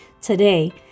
Today